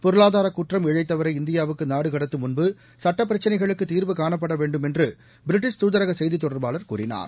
பொருளாதாரகுற்றம் இழைத்தவரை இந்தியாவுக்குநாடுகடத்தும்முன்பு சட்டப்பிரச்சினைகளுக்குதீர்வு காணப்படவேண்டும் என்றுபிரிட்டிஷ் தூதரகசெய்தித் தொடர்பாளர் கூறினார்